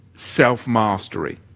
Self-mastery